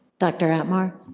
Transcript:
dr. atmar?